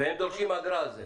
והם דורשים אגרה על זה.